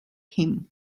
him